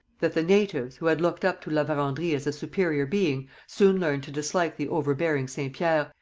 that the natives, who had looked up to la verendrye as a superior being, soon learned to dislike the overbearing saint-pierre,